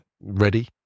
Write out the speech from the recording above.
Ready